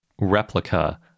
replica